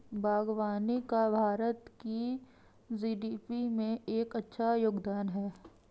बागवानी का भारत की जी.डी.पी में एक अच्छा योगदान है